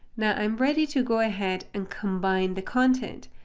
now i'm ready to go ahead and combine the content.